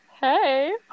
Hey